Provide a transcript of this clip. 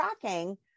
tracking